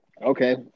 Okay